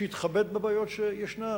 שיתחבט בבעיות שישנן.